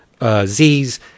Zs